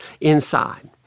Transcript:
inside